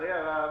שלצערי הרב,